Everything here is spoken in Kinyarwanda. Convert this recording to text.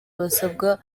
basabwa